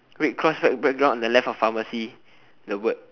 red cross white background on the left of pharmacy the word